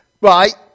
right